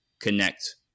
connect